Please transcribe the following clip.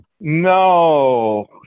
No